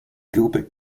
gilbert